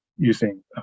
using